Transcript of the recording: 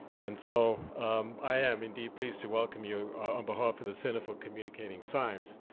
and so i am indeed pleased to welcome you on behalf of the center for communicating science.